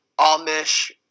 Amish